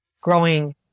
growing